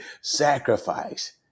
sacrifice